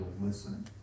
listen